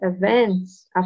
events